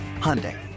Hyundai